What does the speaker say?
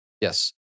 Yes